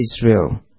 Israel